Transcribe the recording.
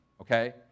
okay